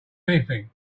anything